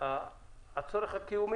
ב-14:00 בצהריים,